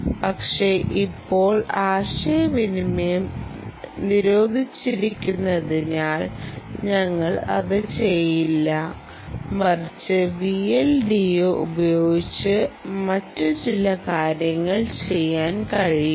പക്ഷേ ഇപ്പോൾ ആശയവിനിമയം നിരോധിച്ചിരിക്കുന്നതിനാൽ ഞങ്ങൾ അത് ചെയ്യില്ല മറിച്ച് VLDO ഉപയോഗിച്ച് മറ്റു ചില കാര്യങ്ങൾ ചെയ്യാൻ കഴിയുന്നു